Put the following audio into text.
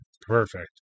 Perfect